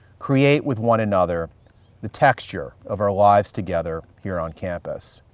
create with one another the texture of our lives together here on campus.